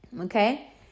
Okay